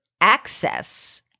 access